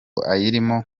ayirimo